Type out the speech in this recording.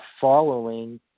following